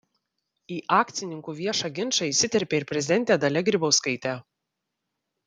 į akcininkų viešą ginčą įsiterpė ir prezidentė dalia grybauskaitė